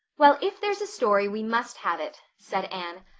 well, if there's a story we must have it, said anne.